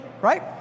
right